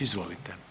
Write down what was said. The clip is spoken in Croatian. Izvolite.